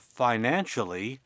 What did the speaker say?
financially